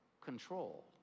control